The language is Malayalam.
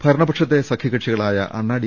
ഭരണപ ക്ഷത്തെ സഖ്യകക്ഷികളായ അണ്ണാ ഡി